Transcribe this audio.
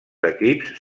equips